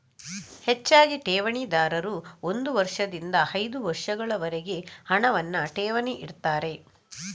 ಹೆಚ್ಚಾಗಿ ಠೇವಣಿದಾರರು ಒಂದು ವರ್ಷದಿಂದ ಐದು ವರ್ಷಗಳವರೆಗೆ ಹಣವನ್ನ ಠೇವಣಿ ಇಡ್ತಾರೆ